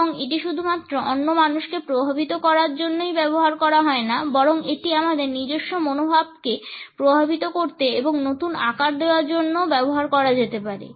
এবং এটি শুধুমাত্র অন্য মানুষকে প্রভাবিত করার জন্যই ব্যবহার করা হয়না বরং এটি আমাদের নিজস্ব মনোভাবকে প্রভাবিত করতে এবং নতুন আকার দেওয়ার জন্যও ব্যবহার করা যেতে পারে